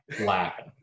laughing